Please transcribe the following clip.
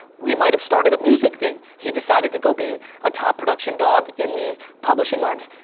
we might have started a music thing. he decided to go be a top production dog in the publishing arms.